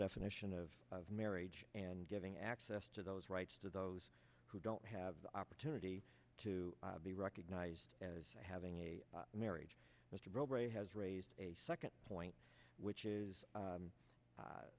definition of marriage and giving access to those rights to those who don't have the opportunity to be recognized as having a marriage mr bray has raised a second point which is